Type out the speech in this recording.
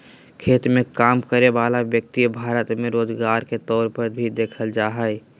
खेत मे काम करय वला व्यक्ति भारत मे रोजगार के तौर पर भी देखल जा हय